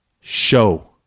Show